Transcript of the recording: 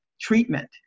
treatment